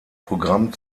programm